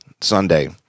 sunday